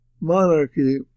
monarchy